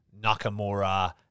Nakamura